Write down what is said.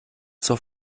zur